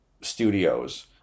studios